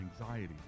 anxiety